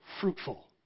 fruitful